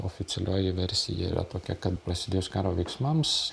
oficialioji versija yra tokia kad prasidėjus karo veiksmams